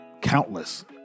countless